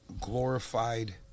glorified